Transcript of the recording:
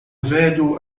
velho